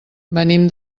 venim